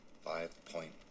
five-point